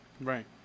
Right